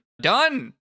done